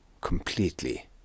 completely